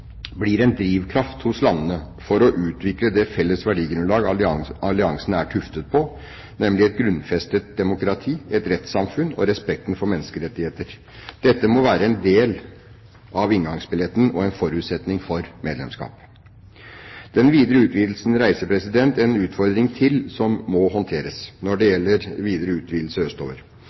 blir en drivkraft hos landene for å utvikle det felles verdigrunnlaget alliansen er tuftet på, nemlig et grunnfestet demokrati, et rettssamfunn og respekten for menneskerettighetene. Dette må være en del av inngangsbilletten og en forutsetning for medlemskap. Den videre utvidelsen reiser en utfordring til som må håndteres når det gjelder utvidelse østover.